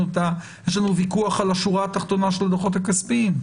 יש לנו ויכוח על השורה התחתונה של הדוחות הכספיים.